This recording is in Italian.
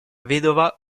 vedova